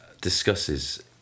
discusses